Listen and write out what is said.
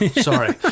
Sorry